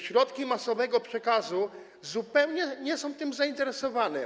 Środki masowego przekazu zupełnie nie są tym zainteresowane.